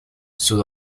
sus